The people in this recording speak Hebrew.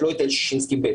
לא היטל ששינסקי ב'